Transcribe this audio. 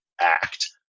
Act